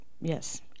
Yes